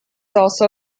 also